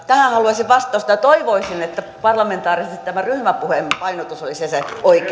tähän haluaisin vastausta ja toivoisin että parlamentaarisesti tämä ryhmäpuheen painotus olisi se